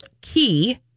key